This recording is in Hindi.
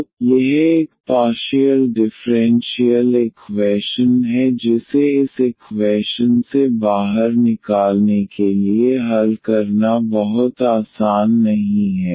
तो यह एक पार्शियल डिफ़्रेंशियल इक्वैशन है जिसे इस इक्वैशन से बाहर निकालने के लिए हल करना बहुत आसान नहीं है